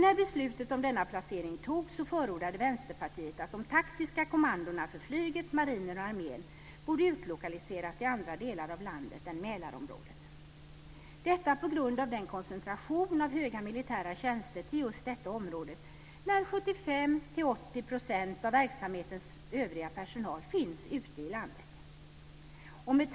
När beslutet om denna placering togs förordade Vänsterpartiet att de taktiska kommandona för flyget, marinen och armén borde utlokaliseras till andra delar av landet än Mälarområdet, detta på grund av den koncentration av höga militära tjänster till just detta område samtidigt som 75-80 % av verksamhetens övriga personal finns ute i landet.